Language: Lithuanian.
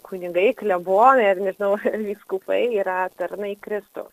kunigai klebonai ar nežinau vyskupai yra tarnai kristų